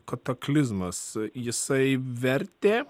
kataklizmas jisai vertė